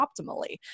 optimally